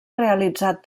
realitzat